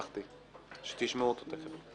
שתשמעו אותו תיכף,